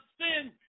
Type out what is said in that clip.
sin